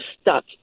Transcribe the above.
stuck